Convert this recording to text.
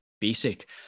basic